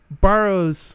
borrows